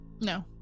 No